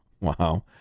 Wow